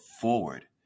forward